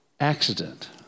accident